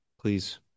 Please